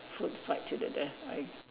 food fight to the death right